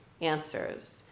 answers